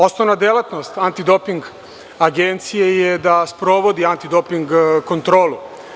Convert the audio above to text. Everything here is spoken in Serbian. Osnovna delatnost Antidoping agencije je da sprovodi antidoping kontrolu.